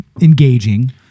engaging